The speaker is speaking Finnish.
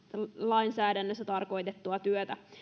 lainsäädännössä tarkoitettua työtä